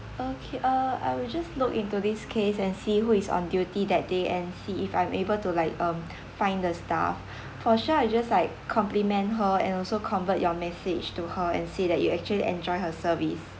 okay uh I will just look into this case and see who is on duty that day and see if I'm able to like um find the staff for sure I just like compliment her and also convert your message to her and say that you actually enjoy her service